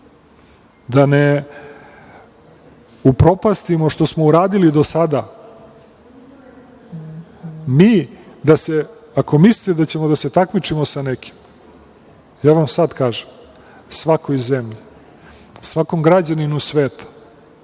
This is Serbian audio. da ne upropastimo što smo uradili do sada, ako mislite da ćemo da se takmičimo sa nekim, ja vam sad kažem, svakoj zemlji, svakom građaninu sveta